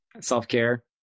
self-care